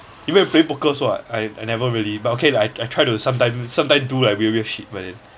even you play poker also [what] I I never really but okay lah I I try to sometime sometime do like weird weird shit but then